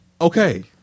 Okay